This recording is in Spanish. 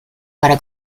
para